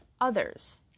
others